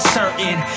certain